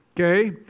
okay